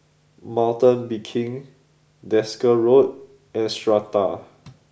mountain Biking Desker Road and Strata